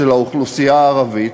של האוכלוסייה הערבית,